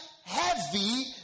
heavy